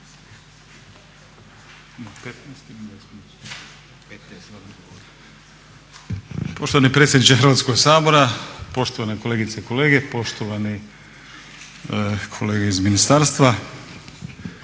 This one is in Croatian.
Poštovani predsjedniče Hrvatskoga sabora, poštovane kolegice i kolege, poštovani kolege iz ministarstva